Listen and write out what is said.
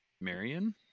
Marion